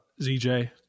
ZJ